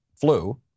flu